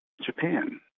Japan